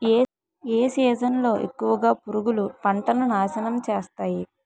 ఏ season లో ఎక్కువుగా పురుగులు పంటను నాశనం చేస్తాయి?